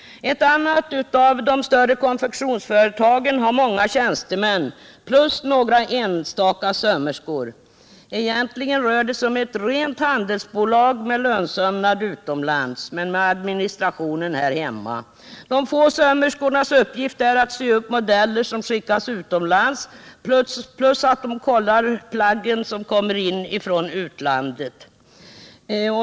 Ett annat av de större konfektionsföretagen har många tjänstemän plus några enstaka sömmerskor. Egentligen rör det sig om ett rent handelsbolag med lönsömnad utomlands men med administrationen här hemma. De få sömmerskornas uppgift är att sy upp modeller som skickas utomlands plus att de kollar plaggen som kommer in från utlandet.